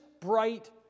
bright